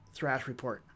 thrashreport